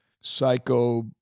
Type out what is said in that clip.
psycho